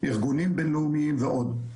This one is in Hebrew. ארגונים בין-לאומיים ועוד.